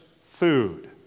food